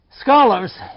Scholars